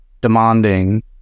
demanding